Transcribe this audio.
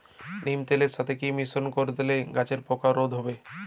নিম তেলের সাথে কি মিশ্রণ করে দিলে গাছের পোকা রোধ হবে?